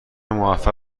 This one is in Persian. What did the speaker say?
موفق